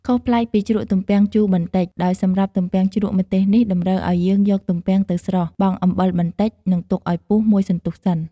ខុសប្លែកពីជ្រក់ទំពាំងជូរបន្តិច ដោយសម្រាប់ទំពាំងជ្រក់ម្ទេសនេះតម្រូវឱ្យយើងយកទំពាំងទៅស្រុះ បង់អំបិលបន្តិច និងទុកឱ្យពុះមួយសន្ទុះសិន។